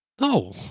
No